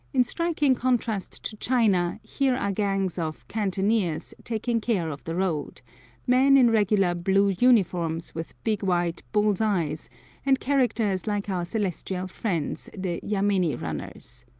in striking contrast to china, here are gangs of cantonniers taking care of the road men in regular blue uniforms with big white bull's-eyes, and characters like our celestial friends the yameni-runners.